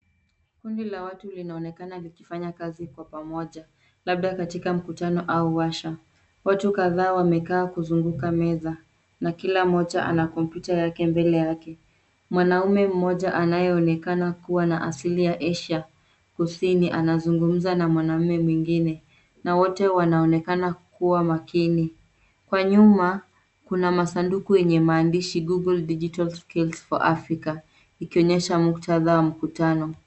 Kundi la watu linaonekana likifanya kazi kwa pamoja. Labda katika mkutano au warsha. Watu kadhaa wamekaa kuzunguka meza, na kila mmoja ana kompyuta yake mbele yake. Mwanaume mmoja anayeonekana kuwa na asili ya Asia kusini, anazungumza na mwanamume mwingine, na wote wanaonekana kuwa makini. Kwa nyuma, kuna masanduku yenye maandishi Google Digital Skills for Africa , ikionyesha muktadha wa mkutano.